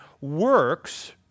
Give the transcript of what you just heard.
works